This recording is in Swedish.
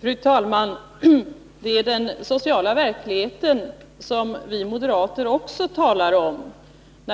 Fru talman! Det är den sociala verkligheten som även vi moderater talar om.